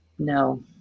no